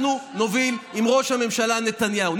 אנחנו נוביל עם ראש הממשלה נתניהו.